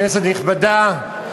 כנסת נכבדה,